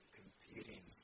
competing